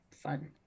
fun